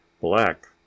black